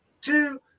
two